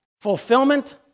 Fulfillment